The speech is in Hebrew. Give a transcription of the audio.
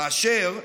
כאשר,